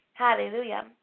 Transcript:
Hallelujah